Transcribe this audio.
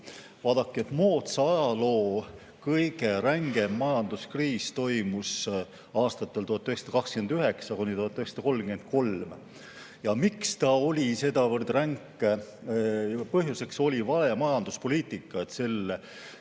Vaadake, moodsa ajaloo kõige rängem majanduskriis toimus aastatel 1929–1933. Miks ta oli sedavõrd ränk? Põhjuseks oli vale majanduspoliitika. Selles